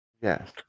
Yes